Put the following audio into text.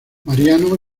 mariano